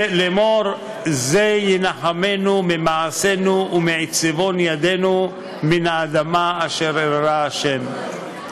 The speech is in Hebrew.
"זה ינחמנו ממעשנו ומעצבון ידינו מן האדמה אשר אררה ה'".